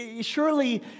Surely